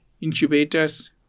incubators